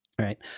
Right